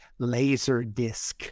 Laserdisc